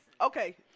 Okay